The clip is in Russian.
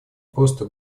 просто